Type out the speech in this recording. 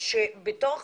שבתוך